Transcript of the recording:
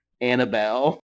Annabelle